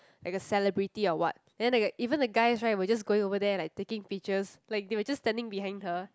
like a celebrity or what then like a even the guys right will just going over there like taking pictures like they were just standing behind her